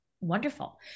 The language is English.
wonderful